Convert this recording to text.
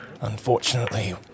Unfortunately